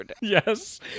Yes